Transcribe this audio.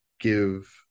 give